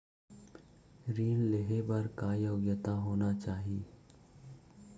ऋण लेहे बर का योग्यता होना चाही?